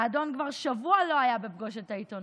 האדון כבר שבוע לא היה בפגוש את העיתונות.